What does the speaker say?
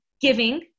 giving